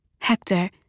Hector